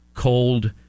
cold